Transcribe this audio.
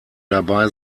dabei